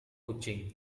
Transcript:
kucing